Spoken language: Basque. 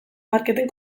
marketin